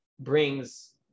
brings